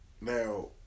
Now